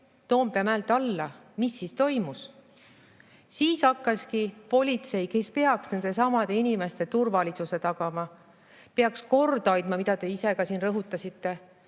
Toompea mäelt alla, mis siis toimus? Siis hakkaski politsei, kes peaks nendesamade inimeste turvalisuse tagama, peaks korda hoidma, nagu te ise ka rõhutasite,